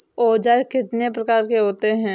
औज़ार कितने प्रकार के होते हैं?